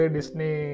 Disney